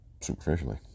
superficially